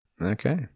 Okay